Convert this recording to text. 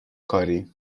کاری